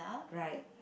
right